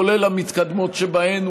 כולל המתקדמות שבהן,